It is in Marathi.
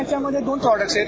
यामध्ये दोन प्रॉडक्टस आहेत